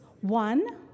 One